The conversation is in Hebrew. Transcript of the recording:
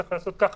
צריך לעשות ככה,